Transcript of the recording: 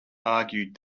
argued